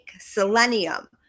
selenium